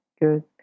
good